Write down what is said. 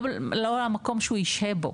לא למקום שהוא ישהה בו.